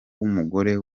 w’umugore